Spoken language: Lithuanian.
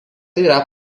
yra